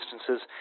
instances